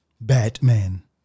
Batman